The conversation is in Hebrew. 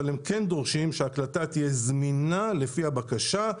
אבל הם כן דורשים שההקלטה תהיה זמינה לפי הבקשה.